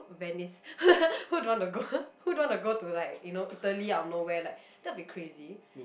Venice who don't want to go who don't want to go to like you know Italy or nowhere like that will be like crazy